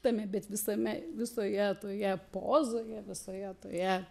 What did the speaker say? tame bet visame visoje toje pozoje visoje toje